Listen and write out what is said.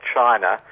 China